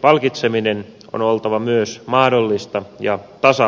palkitsemisen on oltava myös mahdollista ja tasapuolista